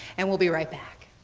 and we'll be right back.